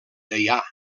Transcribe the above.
deià